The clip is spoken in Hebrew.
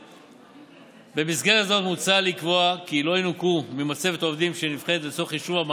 שבמסגרתו מוצע להגדיל פעם נוספת את מגבלת ההוצאה: